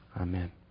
Amen